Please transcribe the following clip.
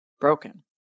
broken